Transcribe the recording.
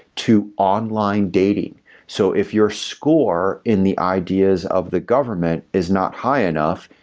to online dating so if your score in the ideas of the government is not high enough,